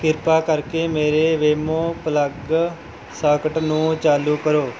ਕਿਰਪਾ ਕਰਕੇ ਮੇਰੇ ਵੇਮੋ ਪਲੱਗ ਸਾਕਟ ਨੂੰ ਚਾਲੂ ਕਰੋ